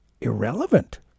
irrelevant